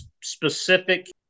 specific